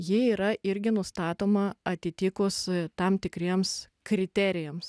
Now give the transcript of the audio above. ji yra irgi nustatoma atitikus tam tikriems kriterijams